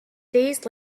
days